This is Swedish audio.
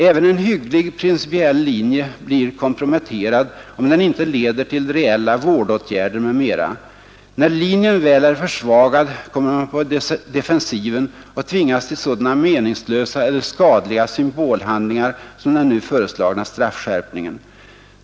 Även en hygglig principiell linje blir komprometterad om den inte leder till reella vårdåtgärder m.m. När linjen väl är försvagad kommer man på defensiven och tvingas till sådana meningslösa eller skadliga symbolhandlingar som den nu föreslagna straffskärpningen.